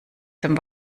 dem